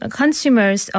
consumers